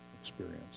experience